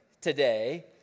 today